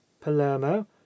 palermo